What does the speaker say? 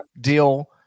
deal